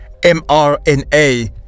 mRNA